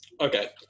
Okay